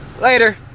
Later